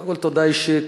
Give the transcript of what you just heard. קודם כול, תודה אישית.